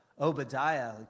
Obadiah